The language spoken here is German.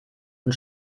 und